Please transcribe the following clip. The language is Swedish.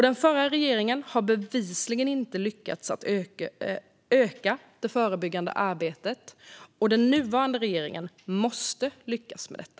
Den förra regeringen har bevisligen inte lyckats öka det förebyggande arbetet. Den nuvarande regeringen måste lyckas med detta.